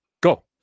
go